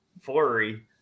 flurry